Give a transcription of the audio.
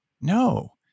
No